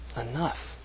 enough